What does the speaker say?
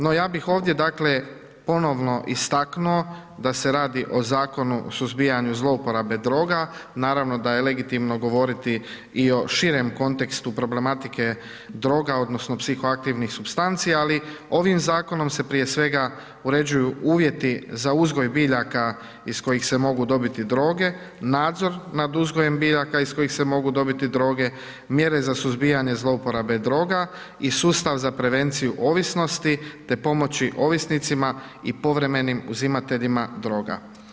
No, ja bih ovdje dakle ponovno istaknuo da se radi o Zakonu o suzbijanju zlouporabe droga, naravno da je legitimno govoriti i o širem kontekstu problematike droga odnosno psihoaktivnih supstanci, ali ovim zakonom se prije svega uređuju uvjeti za uzgoj biljaka iz kojih se mogu dobiti droge, nadzor nad uzgojem biljaka iz kojih se mogu dobiti droge, mjere za suzbijanje zlouporabe droga i sustav za prevenciju ovisnosti te pomoći ovisnicima i povremenim uzimateljima droga.